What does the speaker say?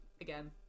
again